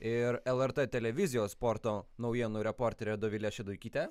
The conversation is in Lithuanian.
ir lrt televizijos sporto naujienų reportere dovile šeduikyte